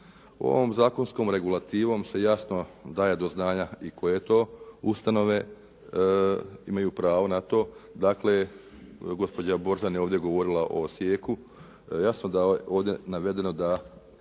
Ovom zakonskom regulativom se jasno daje do znanja i koje to ustanove imaju pravo na to. Dakle, gospođa …/Govornik se ne razumije./…